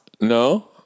No